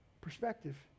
Perspective